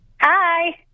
Hi